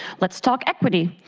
let's talk equity.